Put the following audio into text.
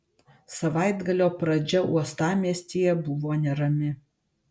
savaitgalio pradžia uostamiestyje buvo nerami